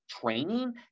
training